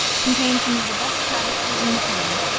contains some of the best travesties in the tongue,